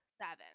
seven